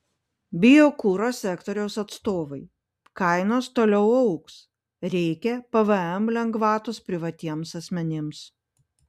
biokuro sektoriaus atstovai kainos toliau augs reikia pvm lengvatos privatiems asmenims